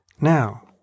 Now